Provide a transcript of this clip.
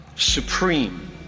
supreme